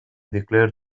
declared